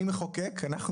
אני מחוקק,